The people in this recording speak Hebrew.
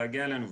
להגיע אלינו,